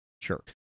sure